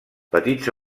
petits